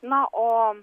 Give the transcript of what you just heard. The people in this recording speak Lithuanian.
na o